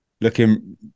looking